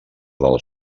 del